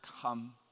come